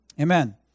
Amen